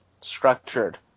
structured